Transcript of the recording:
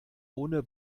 ohne